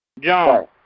John